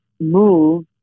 move